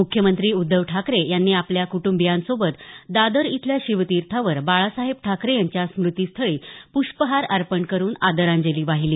मुख्यमंत्री उद्धव ठाकरे यांनी आपल्या कुटंबियांसोबत दादर इथल्या शिवतीर्थावर बाळासाहेब ठाकरे यांच्या स्मृतीस्थळी पुष्पहार अर्पण करून आदरांजली वाहिली